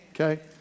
Okay